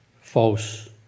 false